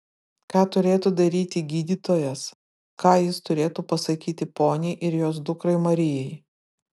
ką turėtų daryti gydytojas ką jis turėtų pasakyti poniai ir jos dukrai marijai